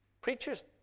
preachers